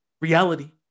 reality